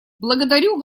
благодарю